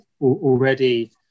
already